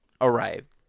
arrived